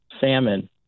salmon